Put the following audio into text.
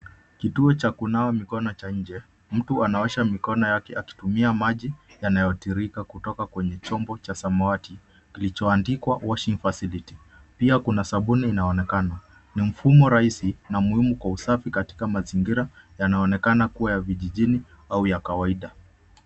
Kituo cha kunawa mikono cha nje. Mtu anaosha mikono yake akitumia maji yanayotirirIka kutoka kwenye chombo cha samawati kilichoandikwa Washing Facility pia kuna sabuni inaonekana. Ni mfumo rahisi na muhimu kwa usafi katika mazingira yanayoonekana kuwa vijijini au ya kawaida.